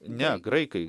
ne graikai